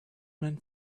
man